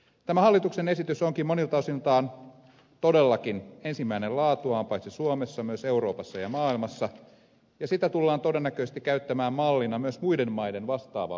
tämä hallituksen esitys onkin monilta osiltaan todellakin ensimmäinen laatuaan paitsi suomessa myös euroopassa ja maailmassa ja sitä tullaan todennäköisesti käyttämään mallina myös muiden maiden vastaavalle lainsäädännölle